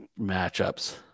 matchups